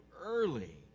early